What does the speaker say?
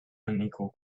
unequal